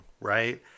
right